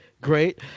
great